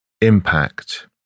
impact